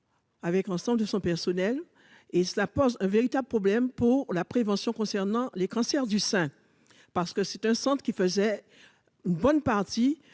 avec l'ensemble de son personnel et cela pose un véritable problème pour la prévention, concernant les cancers du sein parce que c'est un centre qui faisait une bonne partie